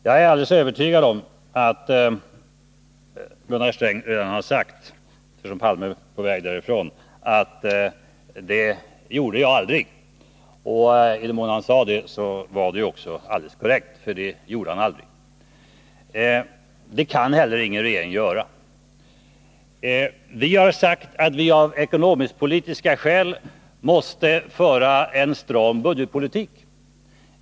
Jag är helt övertygad om att Gunnar Sträng redan — eftersom Olof Palme nu är på väg därifrån — har sagt att han aldrig gjorde det. Och i den mån han sade det var det också helt korrekt, för det gjorde han aldrig. Och det kan ingen regering göra. Vi har sagt att vi av ekonomisk-politiska skäl måste föra en stram budgetpolitik.